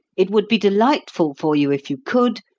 it would be delightful for you if you could,